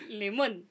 lemon